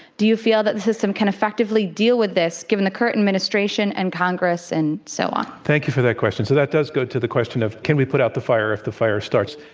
do you feel that the system can effectively deal with this given the current administration and congress and so on? thank you for that question. so, that does go to the question of, can we put out the fire if the fire starts?